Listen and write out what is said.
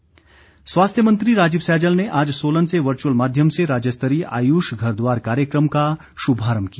सैजल स्वास्थ्य मंत्री राजीव सैजल ने आज सोलन से वर्चुअल माध्यम से राज्य स्तरीय आयुष घर द्वार कार्यक्रम का शुभारंभ किया